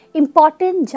important